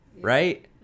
right